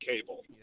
cable